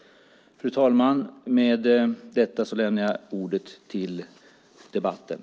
Fru talman! Med detta överlämnar jag ärendet till debattörerna.